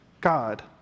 God